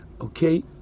Okay